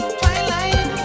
Twilight